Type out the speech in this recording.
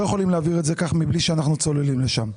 יכולים להעביר את זה כך מבלי שאנחנו צוללים לשם.